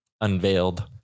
unveiled